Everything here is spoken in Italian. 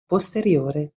posteriore